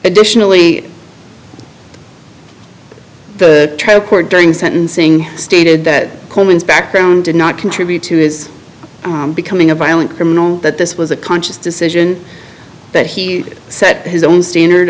additionally the trial court during sentencing stated that coleman's background did not contribute to his becoming a violent criminal that this was a conscious decision that he set his own standard